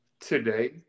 today